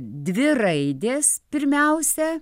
dvi raidės pirmiausia